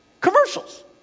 commercials